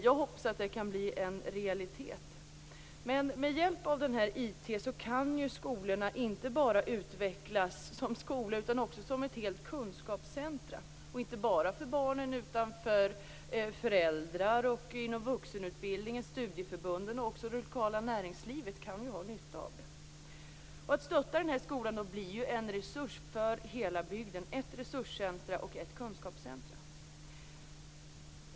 Jag hoppas att det kan bli en realitet. Med hjälp av detta med IT kan ju skolorna inte bara utvecklas som skolor utan också som hela kunskapscentrum, och inte bara för barnen. Också föräldrarna, vuxenutbildningen, studieförbunden och det lokala näringslivet kan ju ha nytta av detta. Stöder man skolan blir den en resurs för hela bygden, ett resurscentrum och ett kunskapscentrum.